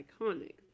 iconic